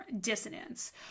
dissonance